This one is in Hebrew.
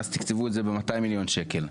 ואז תקצבו את זה ב-200 מיליון שקל.